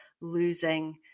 losing